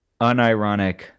unironic